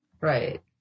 Right